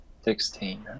Sixteen